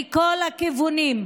מכל הכיוונים.